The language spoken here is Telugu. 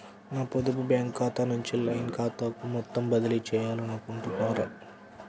నా పొదుపు బ్యాంకు ఖాతా నుంచి లైన్ ఖాతాకు మొత్తం బదిలీ చేయాలనుకుంటున్నారా?